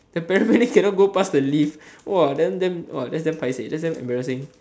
the paramedics cannot go past the lift !wah! then damn !wah! that's damn paiseh that's damn embarrassing